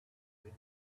wind